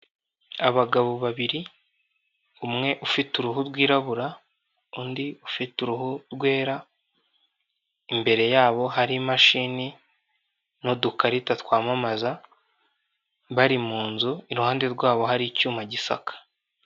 Abagabo babiri, umwe ufite uruhu rwirabura, undi ufite uruhu rwera, imbere yabo hari imashini n'udukarita twamamaza bari mu nzu iruhande rwabo hari icyuma gisaka.